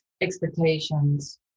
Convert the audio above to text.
expectations